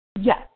Yes